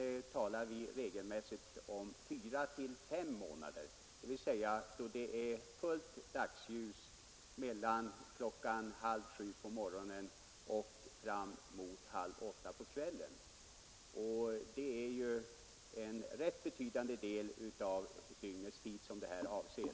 Vi talar regelmässigt om fyra fem månader, dvs. då det är fullt dagsljus från halv sju på morgonen och fram mot halv åtta på kvällen. Det är ju en rätt betydande del av dygnet.